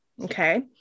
okay